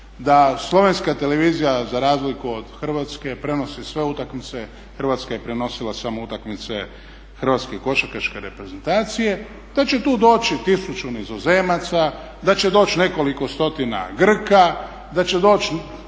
da slovenska televizija za razliku od hrvatske prenosi sve utakmice. Hrvatska je prenosila samo utakmice Hrvatske košarkaške reprezentacije, da će tu doći 1000 Nizozemaca, da će doći nekoliko stotina Grka, da će doći